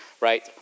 right